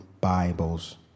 Bibles